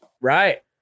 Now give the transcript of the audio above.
right